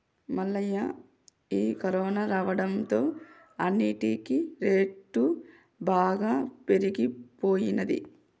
మల్లయ్య ఈ కరోనా రావడంతో అన్నిటికీ రేటు బాగా పెరిగిపోయినది